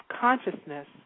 consciousness